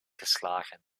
geslagen